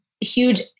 huge